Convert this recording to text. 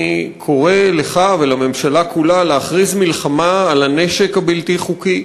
אני קורא לך ולממשלה כולה להכריז מלחמה על הנשק הבלתי-חוקי,